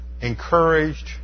encouraged